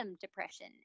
depression